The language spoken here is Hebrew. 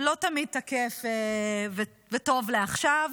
לא תמיד תקף וטוב לעכשיו,